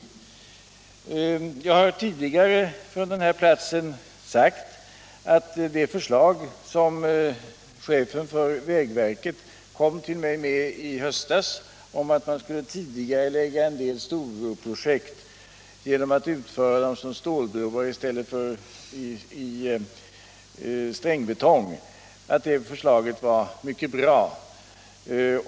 Jag har tidigare från den här platsen sagt att det förslag som chefen för vägverket kom till mig med i höstas — om att man skulle tidigarelägga en del storbroprojekt genom att utföra broarna i stål i stället för i strängbetong —- var mycket bra.